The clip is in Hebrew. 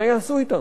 מה יעשו אתם?